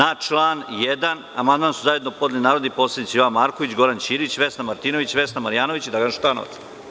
Na član 1. amandman su zajedno podneli narodni poslanici Jovan Marković, Goran Ćirić, Vesna Martinović, Vesna Marjanović i Dragan Šutanovac.